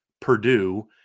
Purdue